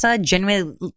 genuinely